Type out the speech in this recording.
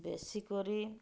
ବେଶୀ କରି